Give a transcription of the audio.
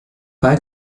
pas